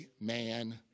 man